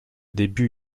début